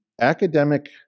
academic